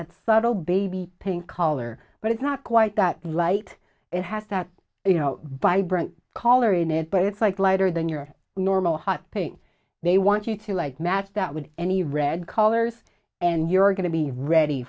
that subtle baby pink color but it's not quite that light it has that you know by brant color in it but it's like lighter than your normal hot pink they want you to like match that with any red colors and you're going to be ready